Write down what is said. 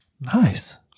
nice